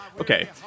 okay